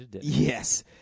Yes